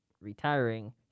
retiring